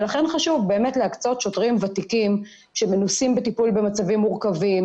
לכן חשוב להקצות שוטרים ותיקים שמנוסים בטיפול במצבים מורכבים